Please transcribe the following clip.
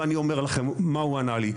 ואני אומר לכם מה הוא ענה לי.